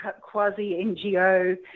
quasi-NGO